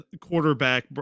quarterback